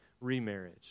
remarriage